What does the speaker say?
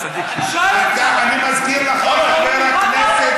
אני מזכיר לך, חבר הכנסת